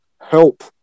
help